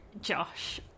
Josh